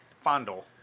Fondle